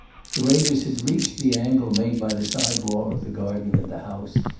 the raiders had reached the angle made by the side wall of the garden and the house.